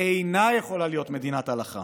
אינה יכולה להיות מדינת הלכה.